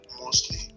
mostly